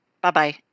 Bye-bye